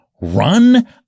run